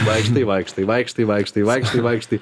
vaikštai vaikštai vaikštai vaikštai vaikštai vaikštai